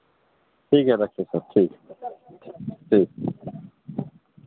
ठीक है रखिए सर ठीक ठीक